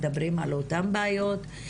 מדברים על אותן בעיות,